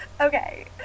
Okay